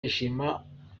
yishima